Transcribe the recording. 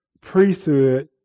priesthood